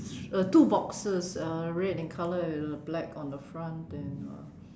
uh two boxes uh red in color uh black on the front and uh